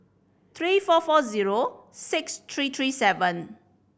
three four four zero six three three seven